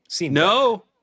No